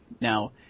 Now